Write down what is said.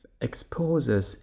exposes